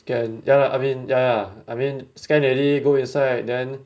scan ya lah I mean ya lah I mean scan alraedy go inside then